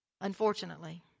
Unfortunately